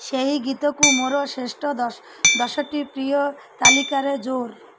ସେହି ଗୀତକୁ ମୋର ଶ୍ରେଷ୍ଠ ଦଶ ଦଶଟି ପ୍ରିୟ ତାଲିକାରେ ଯୋଡ଼୍